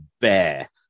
bear